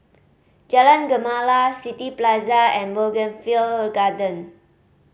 Jalan Gemala City Plaza and Bougainvillea Garden